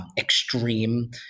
extreme